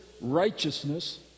righteousness